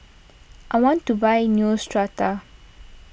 I want to buy Neostrata